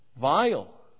vile